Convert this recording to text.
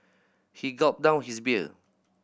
he gulped down his beer